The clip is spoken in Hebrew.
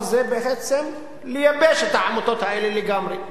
וזה בעצם לייבש את העמותות האלה לגמרי.